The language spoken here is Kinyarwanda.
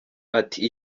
ati